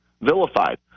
vilified